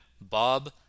Bob